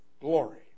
glory